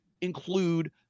include